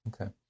Okay